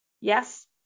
Yes